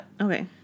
Okay